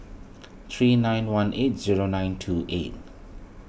three nine one eight zero nine two eight